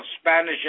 Spanish